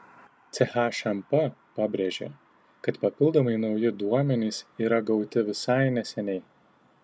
chmp pabrėžė kad papildomai nauji duomenys yra gauti visai neseniai